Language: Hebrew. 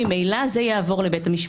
ממילא זה יעבור לבית המשפט.